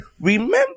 remember